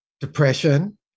depression